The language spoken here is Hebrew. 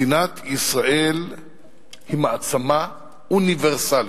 מדינת ישראל היא מעצמה אוניברסלית.